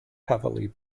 heavily